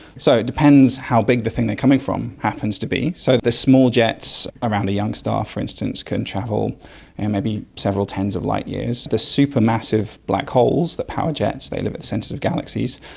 so it depends how big the thing they are coming from happens to be. so the small jets around a young star for instance can travel and maybe several tens of light years. the supermassive black holes, the power jets, they live at the centre of galaxies,